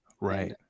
Right